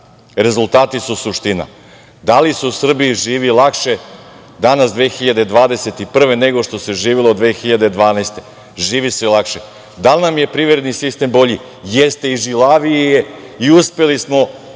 Rezultati su suština. Da li se u Srbiji živi lakše danas 2021. godine nego što se živelo 2012. godine? Živi se lakše. Da li nam je privredni sistem bolji? Jeste, i žilaviji je i uspeli smo